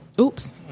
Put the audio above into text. Oops